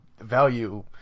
value –